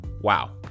wow